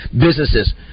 businesses